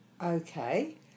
Okay